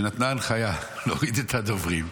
שנתנה הנחיה להוריד את הדוברים,